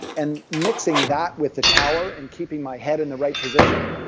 and mixing that with the tower, and keeping my head in the right position,